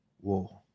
Whoa